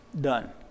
done